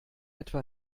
etwa